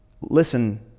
Listen